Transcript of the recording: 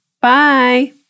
Bye